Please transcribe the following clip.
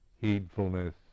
heedfulness